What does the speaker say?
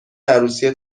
عروسی